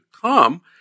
come